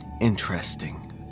interesting